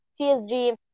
TSG